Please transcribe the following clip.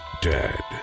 dead